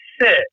sit